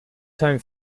tone